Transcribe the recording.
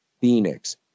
Phoenix